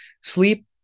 sleep